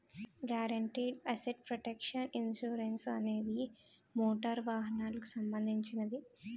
guaranteed asset protection insurance అనేది motor వాహనాలకు సంబంధించినది